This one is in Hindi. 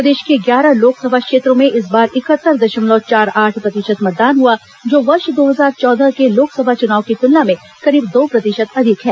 प्रदेश के ग्यारह लोकसभा क्षेत्रों में इस बार इकहत्तर दशमलव चार आठ प्रतिशत मतदान हुआ जो वर्ष दो हजार चौदह के लोकसभा चुनाव की तुलना में करीब दो प्रतिशत अधिक है